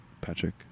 Patrick